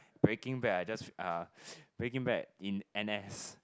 Breaking Bad I just uh Breaking Bad in N_S